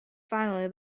finally